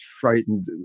frightened